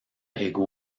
ego